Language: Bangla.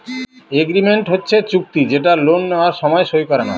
এগ্রিমেন্ট হচ্ছে চুক্তি যেটা লোন নেওয়ার সময় সই করানো হয়